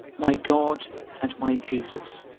my god and my jesus,